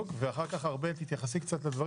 אני רוצה להגיד שני דברים